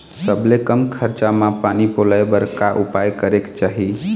सबले कम खरचा मा पानी पलोए बर का उपाय करेक चाही?